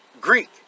Greek